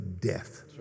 death